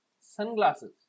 sunglasses